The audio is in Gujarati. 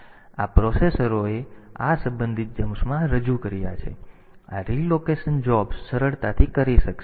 તેથી આ પ્રોસેસરોએ આ સંબંધિત જમ્પ્સ રજૂ કર્યા છે જેથી આપણે આ રિલોકેશન જોબ્સ સરળતાથી કરી શકીએ